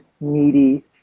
needy